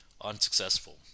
unsuccessful